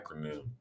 acronym